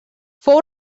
fou